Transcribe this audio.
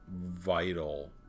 vital